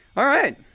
alright!